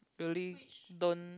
really don't